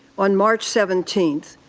on march seventeenth,